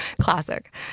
Classic